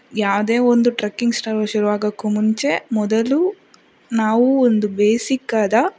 ಯಾವುದೇ ಒಂದು ಟ್ರಕ್ಕಿಂಗ್ ಶುರುವಾಗಕ್ಕೂ ಮುಂಚೆ ಮೊದಲು ನಾವು ಒಂದು ಬೇಸಿಕ್ಕಾದ